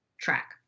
track